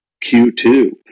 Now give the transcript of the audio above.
Q2